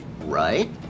Right